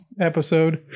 episode